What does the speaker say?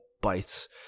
bites